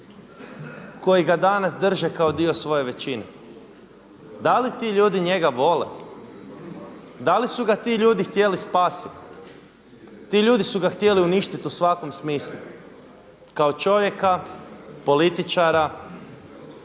koji ga danas drže kao dio svoje većine. Da li ti ljudi njega vole? Da li su ga ti ljudi htjeli spasiti? Ti ljudi su ga htjeli uništiti u svakom smislu kao čovjeka, političara,